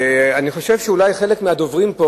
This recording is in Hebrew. אני חושב שחלק מהדוברים פה,